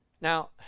Now